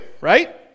right